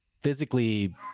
physically